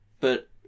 but-